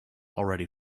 already